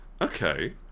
Okay